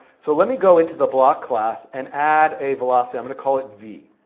so let me go into the block class and add a velocity, i'm going to call it v.